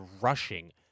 rushing